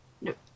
Nope